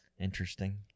interesting